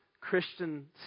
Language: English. Christian